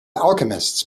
alchemists